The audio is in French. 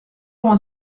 vingt